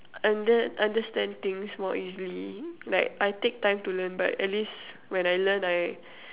under~ understand things more easily like I take time to learn but at least when I learn I